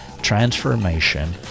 transformation